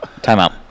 Timeout